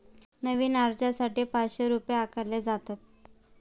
नवीन अर्जासाठी पाचशे रुपये आकारले जातात